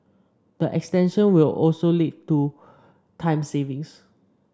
the extension will also lead to time savings